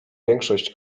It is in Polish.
większość